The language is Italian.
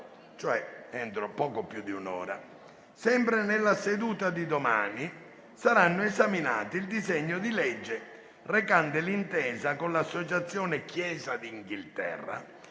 oggi, entro le ore 18. Sempre nella seduta di domani saranno esaminati il disegno di legge recante l'intesa con l'associazione Chiesa d'Inghilterra